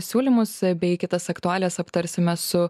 siūlymus bei kitas aktualijas aptarsime su